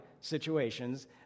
situations